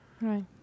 Right